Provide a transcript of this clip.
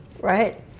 Right